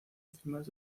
enzimas